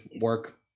work